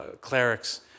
clerics